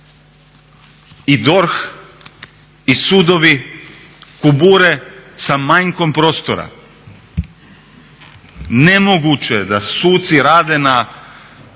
i DORH i sudovi kubure sa manjkom prostora. Nemoguće je da suci rade na